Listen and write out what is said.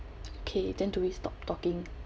okay then do we stop talking